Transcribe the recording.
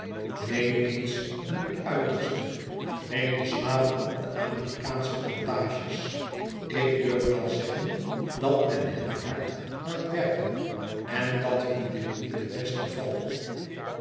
neem eens een uiterste neem de slaven op de amerikaansche plantages ik durf wel zeggen dat men hen hard laat werken en dat hun dit niet te best bevalt